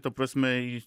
ta prasme jis